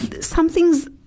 something's